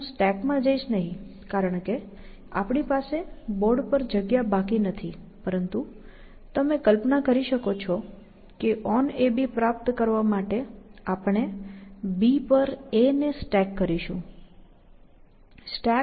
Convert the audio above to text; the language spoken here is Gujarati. હું સ્ટેકમાં જઈશ નહીં કારણ કે આપણી પાસે બોર્ડ પર જગ્યા બાકી નથી પરંતુ તમે કલ્પના કરી શકો છો કે onAB પ્રાપ્ત કરવા માટે આપણે B પર A ને સ્ટેક કરીશું StackAB